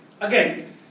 again